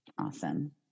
Awesome